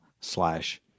slash